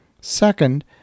Second